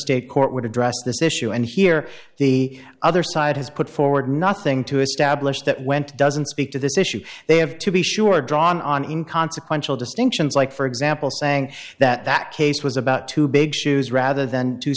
state court would address this issue and hear the other side has put forward nothing to establish that went doesn't speak to this issue they have to be sure drawn on in consequential distinctions like for example saying that case was about two big issues rather than t